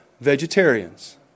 vegetarians